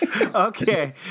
Okay